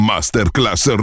Masterclass